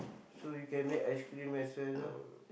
so you can make ice-cream as well lah